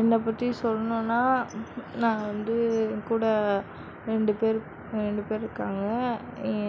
என்னை பற்றி சொல்லணுனா நான் வந்து என் கூட ரெண்டு பேரு ரெண்டு பேரு இருக்காங்க